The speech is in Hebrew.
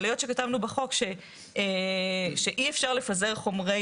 אבל היות שכתבנו בחוק שאי אפשר לפזר חומרי